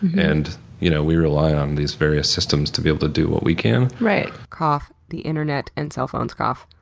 and you know we rely on these various systems to be able to do what we can. can. cough, the internet and cell phones, cough.